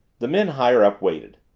the men higher up waited.